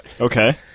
Okay